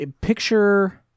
Picture